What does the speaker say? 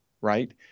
right